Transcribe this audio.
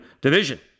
Division